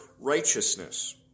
righteousness